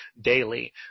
daily